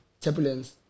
Turbulence